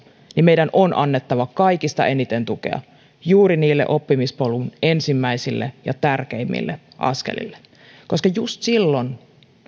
niin meidän on annettava kaikista eniten tukea juuri niille oppimispolun ensimmäisille ja tärkeimmille askelille koska just silloin